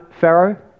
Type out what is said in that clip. Pharaoh